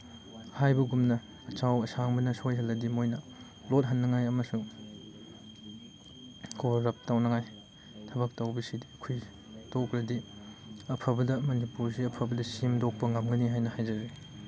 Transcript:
ꯍꯥꯏꯕꯒꯨꯝꯅ ꯑꯆꯧ ꯑꯁꯥꯡ ꯝꯣꯏꯅ ꯁꯣꯏꯍꯜꯂꯗꯤ ꯃꯣꯏꯅ ꯂꯣꯠꯍꯟꯅꯉꯥꯏ ꯑꯃꯁꯨꯡ ꯀꯣꯕꯔꯑꯞ ꯇꯧꯅꯉꯥꯏ ꯊꯕꯛ ꯇꯧꯕꯁꯤꯗꯤ ꯑꯩꯈꯣꯏ ꯊꯣꯛꯈ꯭ꯔꯗꯤ ꯑꯐꯕꯗ ꯃꯅꯤꯄꯨꯔꯁꯦ ꯑꯐꯕꯗ ꯁꯦꯝꯗꯣꯛꯄ ꯉꯝꯒꯅꯤ ꯍꯥꯏꯅ ꯍꯥꯏꯖꯔꯤ